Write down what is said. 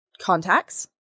contacts